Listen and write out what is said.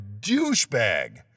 douchebag